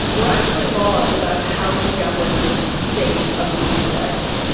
were actually laws about how to govern the state of the israelites.